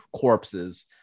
corpses